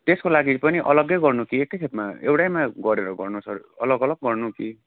त्यसको लागि पनि अलगै गर्नु कि एकैखेपमा एउटैमा गरेर गर्नु सर अलग अलग गर्नु कि